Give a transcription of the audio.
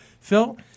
Phil